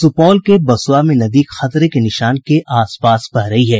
सुपौल जिले के बसुआ में नदी खतरे के निशान के आस पास बह रही है